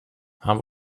han